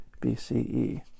BCE